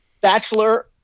bachelor